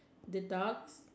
the duck